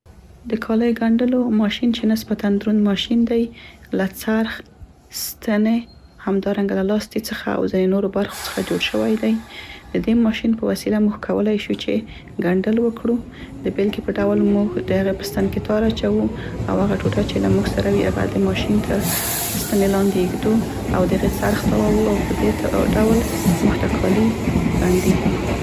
د کالیو ګنډولو ماشین چې نسبتاً دورند ماشین دی، له څرخ، ستنې همدارنګه له لاستي څخه او ځينو نورو برخو څخه جوړ شوی دی. د دې ماشین په وسیله موږ کولای شو چې ګنډل وکړو. د بیلګې په ډول موږ د هغې په ستن کې تار اچوو او هغه ټوټه چې له موږ سره وي هغه د ماشین تر ستنې لاندې ایږدو، او د هغې څرخ تاوه وو او په دې ډول موږ ته کالي ګنډي.